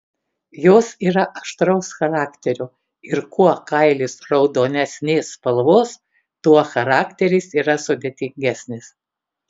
jos yra aštraus charakterio ir kuo kailis raudonesnės spalvos tuo charakteris yra sudėtingesnis